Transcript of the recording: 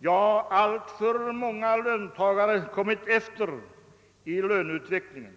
ja, alltför många löntagare kommit efter i löneutvecklingen.